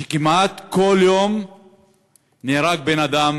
שכמעט כל יום נהרג בן-אדם